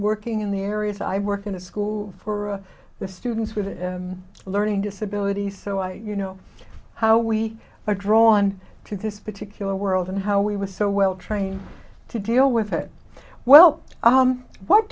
working in the areas i work in a school for the students with learning disabilities so i you know how we are drawn to this particular world and how we were so well trained to deal with it well what